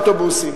האוטובוסים.